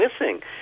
missing